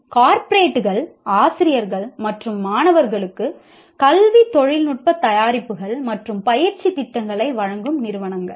கார்ப்பரேட்டுகள் ஆசிரியர்கள் மற்றும் மாணவர்களுக்கு கல்வி தொழில்நுட்ப தயாரிப்புகள் மற்றும் பயிற்சி திட்டங்களை நிறுவனங்கள் வழங்கும்